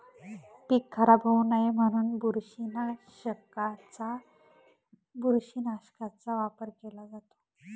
पीक खराब होऊ नये म्हणून बुरशीनाशकाचा वापर केला जातो